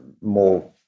more